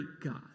God